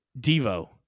Devo